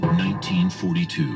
1942